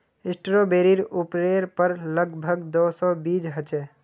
स्ट्रॉबेरीर उपरेर पर लग भग दो सौ बीज ह छे